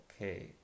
okay